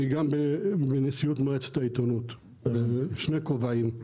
אני גם בנשיאות מועצת העיתונות זה שני כובעים.